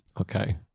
Okay